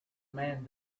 man